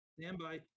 standby